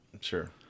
sure